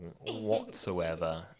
whatsoever